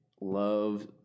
love